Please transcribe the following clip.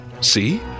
See